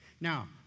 Now